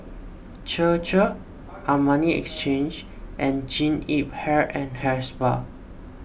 Chir Chir Armani Exchange and Jean Yip Hair and Hair Spa